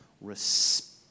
respect